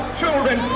children